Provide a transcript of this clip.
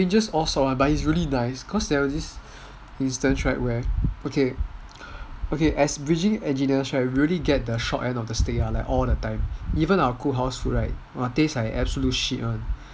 rangers all sot [one] but he's really nice because there was this instance where okay as bridging engineers right we only get the short end of the stick even our cook house food taste like absolute shit [one]